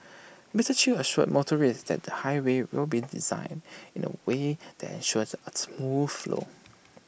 Mister chew assured motorists that the highway will be designed in A way that ensures A smooth flow